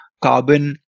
carbon